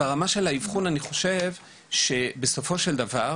אז ברמה של האבחון, אני חושב שבסופו של דבר,